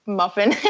muffin